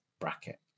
bracket